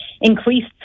increased